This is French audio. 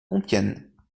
compiègne